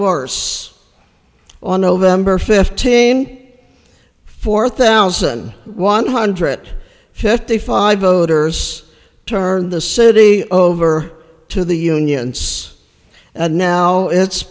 worse on nov fifteenth four thousand one hundred fifty five voters turn the city over to the unions and now it's